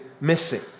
missing